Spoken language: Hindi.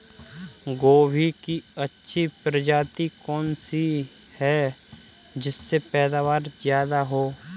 गोभी की अच्छी प्रजाति कौन सी है जिससे पैदावार ज्यादा हो?